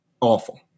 Awful